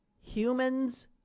Humans